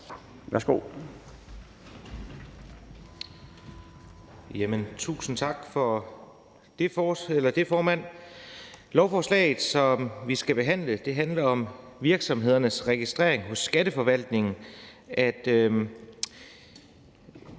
Tusind tak for det, formand. Lovforslaget, som vi skal behandle, handler om, at en virksomheds registrering hos Skatteforvaltningen